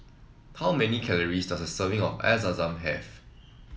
how many calories does a serving of Air Zam Zam have